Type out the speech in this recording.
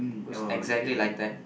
who's exactly like that